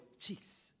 cheeks